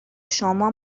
شما